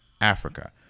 Africa